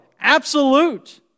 absolute